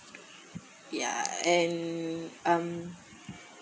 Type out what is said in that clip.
yeah and um